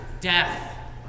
Death